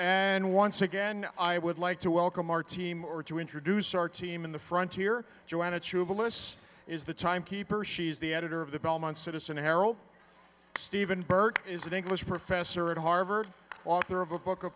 and once again i would like to welcome our team or to introduce our team in the frontier joanna to the lists is the time keeper she's the editor of the belmont citizen herald stephen burke is an english professor at harvard author of a book of